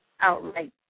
outright